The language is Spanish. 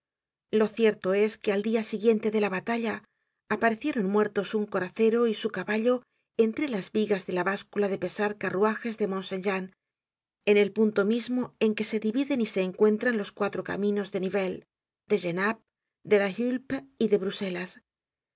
lo cierto es que al dia siguiente de la batalla aparecieron muertos un coracero y su caballo entre las vigas de la báscula de pesar carruajes en mont saintjean en el punto mismo en que se dividen y se encuentran los cuatro caminos de nivelles de genappe de la hulpe y de bruselas